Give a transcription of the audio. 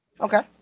Okay